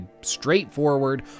straightforward